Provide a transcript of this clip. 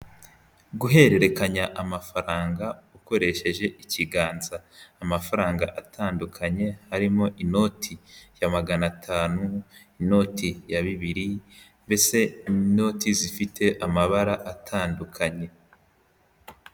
Guhererekanya amafaranga ukoresheje ikiganza, amafaranga atandukanye harimo inoti ya magana atanu, inoti ya bibiri mbese ni inoti zifite amabara atandukanye.